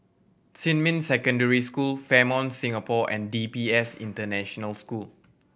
Xinmin Secondary School Fairmont Singapore and D P S International School